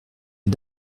les